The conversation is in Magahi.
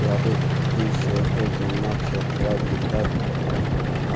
यांत्रिक ट्री शेकर जमा रखवार डिब्बा